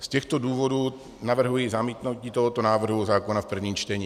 Z těchto důvodů navrhuji zamítnutí tohoto návrhu zákona v prvním čtení.